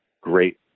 great